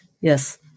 Yes